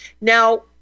Now